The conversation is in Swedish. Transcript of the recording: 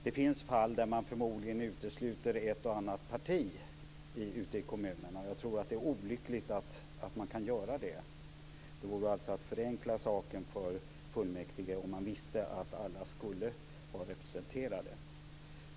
Det finns fall där man förmodligen utesluter ett och annat parti ute i kommunerna. Jag tror att det är olyckligt om man kan göra det. Det vore alltså att förenkla saken för fullmäktige om man visste att alla skulle vara representerade.